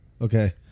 Okay